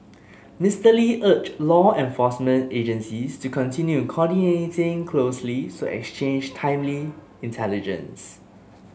Mister Lee urged law enforcement agencies to continue coordinating closely so exchange timely intelligence